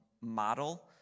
model